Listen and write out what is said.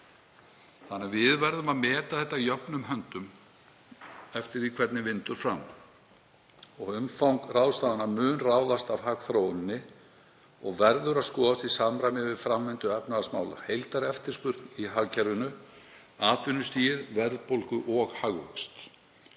fjórðung. Við verðum að meta þetta jöfnum höndum eftir því hvernig vindur fram og umfang ráðstafana mun ráðast af hagþróuninni og verður að skoðast í samræmi við framvindu efnahagsmála, heildareftirspurn í hagkerfinu, atvinnustig, verðbólgu og hagvöxt.